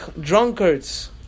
drunkards